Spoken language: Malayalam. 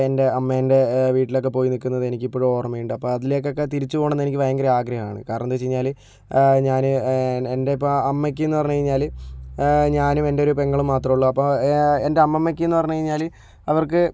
എൻ്റെ അമ്മേൻ്റെ വീട്ടിലൊക്കെ പോയി നിൽക്കുന്നത് എനിക്കിപ്പോഴും ഓർമ്മയുണ്ട് അപ്പോൾ അതിലേക്കൊക്കെ തിരിച്ചു പോവണമെന്ന് എനിക്ക് ഭയങ്കര ആഗ്രഹമാണ് കാരണം എന്ത് വെച്ച് കഴിഞ്ഞാൽ ഞാൻ എൻ്റെ ഇപ്പോൾ അമ്മയ്ക്കെന്നു പറഞ്ഞു കഴിഞ്ഞാൽ ഞാനും എൻ്റെ ഒരു പെങ്ങളും മാത്രമേ ഉള്ളൂ അപ്പോൾ എൻ്റെ അമ്മമ്മയ്ക്കെന്ന് പറഞ്ഞു കഴിഞ്ഞാൽ അവർക്ക്